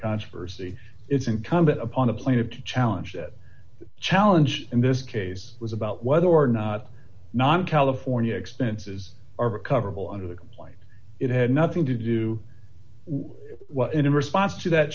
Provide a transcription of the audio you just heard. controversy it's incumbent upon the plane of to challenge that challenge in this case was about whether or not non california expenses are recoverable under the complaint it had nothing to do in response to that